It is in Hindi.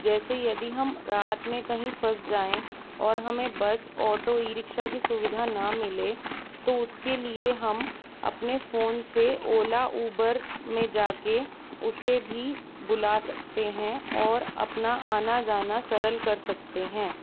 जैसे यदि हम रात में कहीं फंस जाएँ और हमें बस ऑटो ई रिक्शा की सुविधा ना मिले तो उसके लिए हम अपने फ़ोन से ओला उबर में जाके उसे भी बुला सकते हैं और अपना आना जाना सरल कर सकते हैं